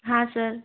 हाँ सर